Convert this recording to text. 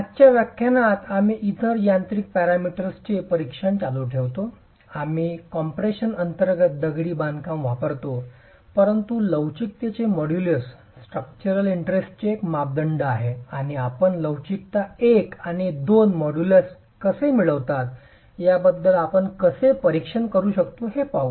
आजच्या व्याख्यानात आम्ही इतर यांत्रिक पॅरामीटर्सचे परीक्षण चालू ठेवतो आम्ही कम्प्रेशन अंतर्गत दगडी बांधकाम तपासतो परंतु लवचिकतेचे मॉड्यूलस स्ट्रक्चरल इंटरेस्टचे एक मापदंड आहे आणि आपण लवचिकता आणि मॉड्यूलस कसे मिळवतात याबद्दल आपण कसे परीक्षण करू ते पाहू